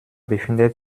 befindet